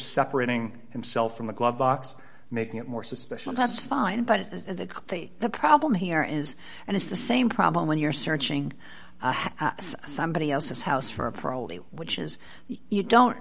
separating himself from the glove box making it more suspicious that's fine but the problem here is and it's the same problem when you're searching somebody else's house for a parole which is you don't